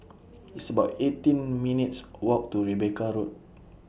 It's about eighteen minutes' Walk to Rebecca Road